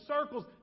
circles